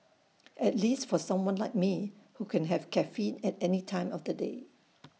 at least for someone like me who can have caffeine at any time of the day